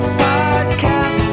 podcast